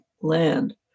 land